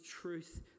truth